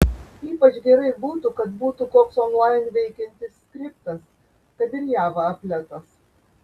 ypač gerai būtų kad būtų koks onlain veikiantis skriptas kad ir java apletas